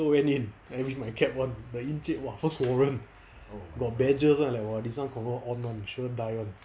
so went in wearing my cap on the encik !wah! first warrant got badges [one] !wah! this [one] confirm on [one] sure die [one]